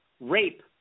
rape